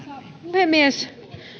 puhemies